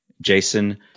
Jason